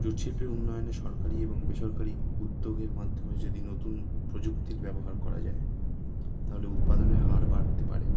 jute শিল্পের উন্নয়নে সরকারি এবং বেসরকারি উদ্যোগের মাধ্যমে যদি নতুন প্রযুক্তির ব্যবহার করা যায় তাহলে উৎপাদনের হার বাড়তে পারে